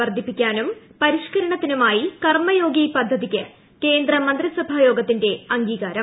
വർധിപ്പിക്കാനും പരിഷ്ക്കരണത്തിനുമായി കർമയോഗി പദ്ധതിയ്ക്ക് കേന്ദ്ര മന്ത്രിസഭാ യോഗൃത്തിന്റെ അംഗീകാരം